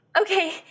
Okay